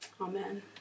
Amen